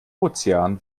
ozean